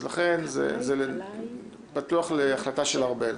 לכן זה פתוח להחלטה של ארבל.